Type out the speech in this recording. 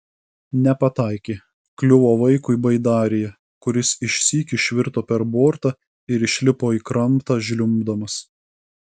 nepataikė kliuvo vaikui baidarėje kuris išsyk išvirto per bortą ir išlipo į krantą žliumbdamas